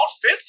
Fifth